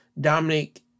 Dominic